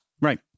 Right